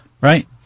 Right